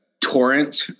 torrent